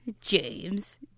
James